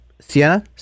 Sienna